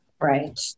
Right